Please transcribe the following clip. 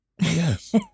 Yes